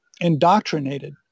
indoctrinated